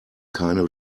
keine